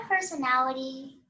personality